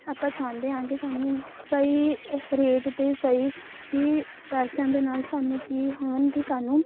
ਆਪਾਂ ਚਾਹੁੰਦੇ ਹਾਂ ਕਿ ਸਾਨੂੰ ਸਹੀ ਰੇਟ 'ਤੇ ਸਹੀ ਕੀ ਪੈਸਿਆਂ ਦੇ ਨਾਲ ਸਾਨੂੰ ਕੀ ਹੋਣ ਕਿ ਸਾਨੂੰ